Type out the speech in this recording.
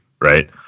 right